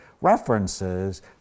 references